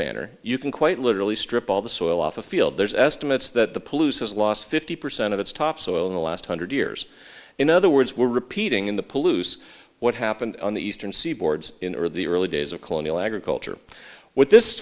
banner you can quite literally strip all the soil off the field there's estimates that the pollution has lost fifty percent of its topsoil in the last hundred years in other words we're repeating in the pollution what happened on the eastern seaboard in or the early days of colonial agriculture what this